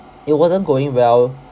it wasn't going well